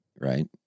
right